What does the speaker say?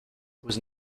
was